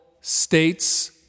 states